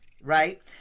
right